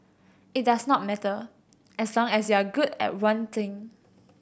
it does not matter as long as you're good at one thing